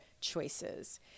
choices